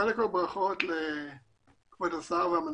נכון, ה- GDPRזה חשוב.